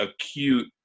acute